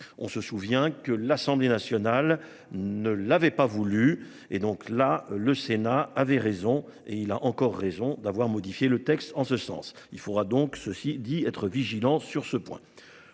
on se souvient que l'Assemblée nationale ne l'avait pas voulu et donc là, le Sénat avait raison et il a encore raison d'avoir modifié le texte en ce sens, il faudra donc ceci dit être vigilant sur ce point